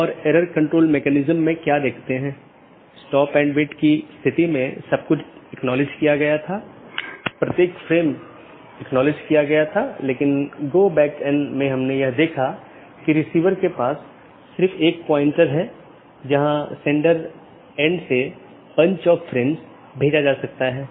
यह feature BGP साथियों को एक ही विज्ञापन में कई सन्निहित रूटिंग प्रविष्टियों को समेकित करने की अनुमति देता है और यह BGP की स्केलेबिलिटी को बड़े नेटवर्क तक बढ़ाता है